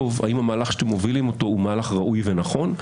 האם המהלך שאתם מובילים אותו הוא מהלך ראוי ונכון.